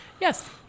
Yes